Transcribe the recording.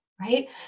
right